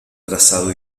trazado